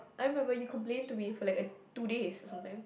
I remember you complain to me for like a two days or something